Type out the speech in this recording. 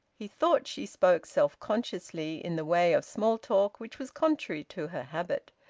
he thought she spoke self-consciously, in the way of small talk which was contrary to her habit.